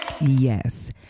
Yes